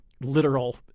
literal